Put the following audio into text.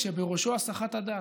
ובראשו הסחת הדעת,